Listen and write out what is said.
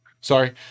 Sorry